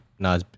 No